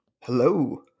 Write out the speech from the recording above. hello